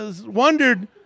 wondered